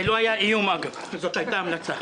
זה לא היה אִיוּם, אגב, זאת הייתה המלצה.